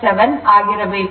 7 ಆಗಿರಬೇಕು